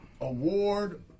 award